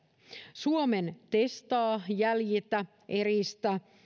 suomen testaa jäljitä eristä